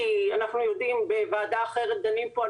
כי אנחנו יודעים בוועדה אחרת דנים פה על